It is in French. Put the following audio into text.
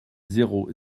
zéro